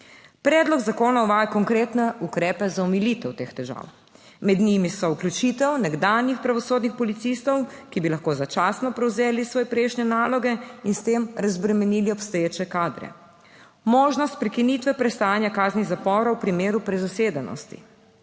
Predlog zakona uvaja konkretne ukrepe za omilitev teh težav. Med njimi so vključitev nekdanjih pravosodnih policistov, ki bi lahko začasno prevzeli svoje prejšnje naloge in s tem razbremenili obstoječe kadre. Možnost prekinitve prestajanja kazni zapora v primeru prezasedenosti,